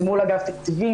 זה מול אגף התקציבים,